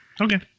Okay